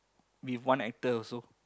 with one actor also